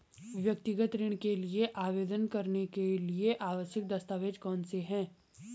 व्यक्तिगत ऋण के लिए आवेदन करने के लिए आवश्यक दस्तावेज़ कौनसे हैं?